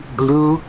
blue